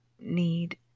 need